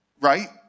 Right